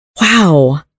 wow